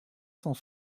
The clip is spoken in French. cent